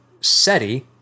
SETI